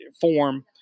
form